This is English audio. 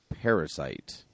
Parasite